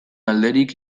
alderik